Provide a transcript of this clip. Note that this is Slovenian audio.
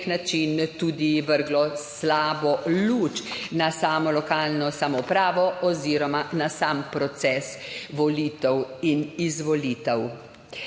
način tudi vrglo slabo luč na samo lokalno samoupravo oziroma na sam proces volitev in izvolitev.